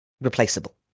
replaceable